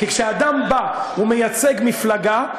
כי כשאדם בא ומייצג מפלגה,